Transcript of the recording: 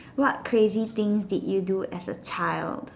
what crazy things did you do as a child